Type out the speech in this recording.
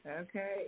Okay